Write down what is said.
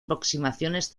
aproximaciones